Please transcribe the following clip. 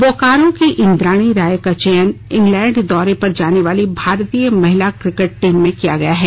बोकारो की इंद्राणी राय का चयन इंग्लैंड दौरे पर जानेवाली भारतीय महिला क्रिकेट टीम में किया गया है